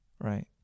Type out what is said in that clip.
Right